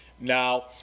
now